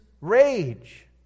rage